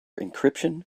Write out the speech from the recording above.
encryption